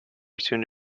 soon